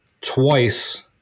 twice